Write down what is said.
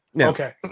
Okay